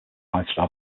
lifestyle